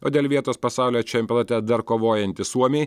o dėl vietos pasaulio čempionate dar kovojantys suomiai